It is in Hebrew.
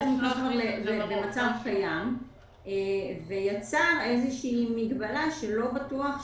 המחוקק לא הגדיר חתם